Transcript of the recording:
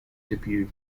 debut